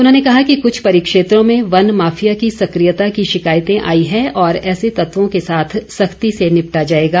उन्होंने कहा कि कृष्ठ परिक्षेत्रों में वन माफिया की सक्रियता की शिकायतें आई हैं और ऐसे तत्वों के साथ सख्ती से निपटा जाएगा